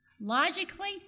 Logically